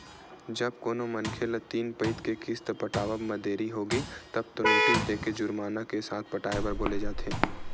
जब कोनो मनखे ल तीन पइत के किस्त पटावब म देरी होगे तब तो नोटिस देके जुरमाना के साथ पटाए बर बोले जाथे